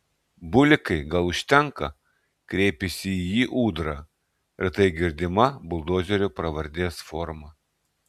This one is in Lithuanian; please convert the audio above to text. bulikai gal užtenka kreipėsi į jį ūdra retai girdima buldozerio pravardės forma